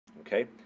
Okay